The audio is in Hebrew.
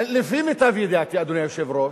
לפי מיטב ידיעתי, אדוני היושב-ראש,